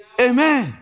Amen